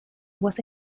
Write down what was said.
was